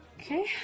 Okay